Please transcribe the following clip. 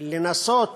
לנסות